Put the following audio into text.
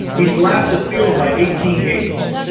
he's lapped the field by eighteen games.